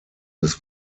des